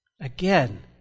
Again